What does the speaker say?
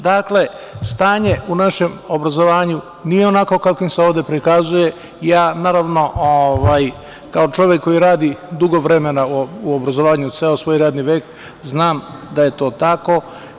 Dakle, stanje u našem obrazovanju nije onakvo kakvim se ovde prikazuje i ja, kao čovek koji radi dugo vremena u obrazovanju, ceo svoj radni vek, znam da je to tako.